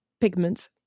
pigments